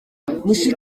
mushi